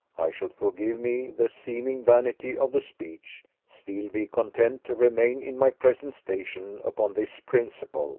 i should, forgive me the seeming vanity of the speech, still be content to remain in my present station upon this principle